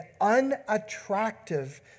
unattractive